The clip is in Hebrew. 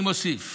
אני מוסיף: